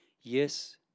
Yes